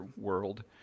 world